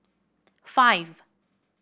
five